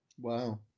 Wow